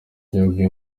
yaguye